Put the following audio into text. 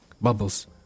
bubbles